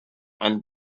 and